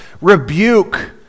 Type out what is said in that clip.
rebuke